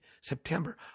September